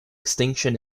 extinction